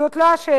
זאת לא השאלה,